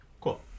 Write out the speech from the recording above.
Cool